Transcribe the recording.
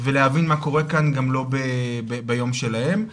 ולהבין מה קורה כאן גם לא ביום שלהם.